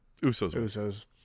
Usos